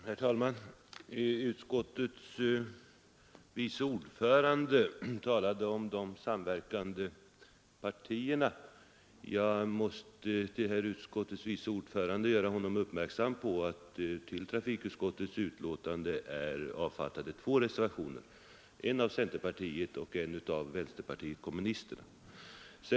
Herr talman! Utskottets vice ordförande herr Mellqvist talade om ”de samverkande partierna”. Jag måste då göra vice ordföranden uppmärksam på att till trafikutskottets betänkande har fogats två reservationer — en av centerpartiet och en av vänsterpartiet kommunisterna.